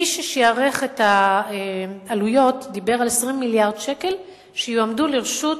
מי ששיערך את העלויות דיבר על 20 מיליארד שקל שיועמדו לרשות